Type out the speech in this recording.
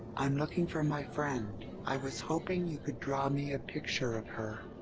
i'm looking for my friend. i was hoping you could draw me a picture of her,